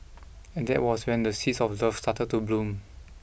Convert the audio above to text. and that was when the seeds of love started to bloom